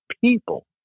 people